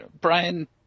Brian